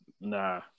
nah